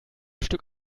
stück